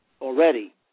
already